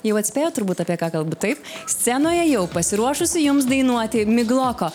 jau atspėjot turbūt apie ką kalbu taip scenoje jau pasiruošusi jums dainuoti migloko